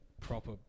proper